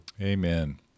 Amen